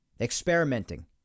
Experimenting